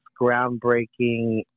groundbreaking